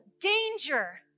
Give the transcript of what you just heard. danger